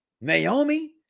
Naomi